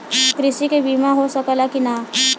कृषि के बिमा हो सकला की ना?